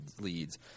leads